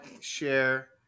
share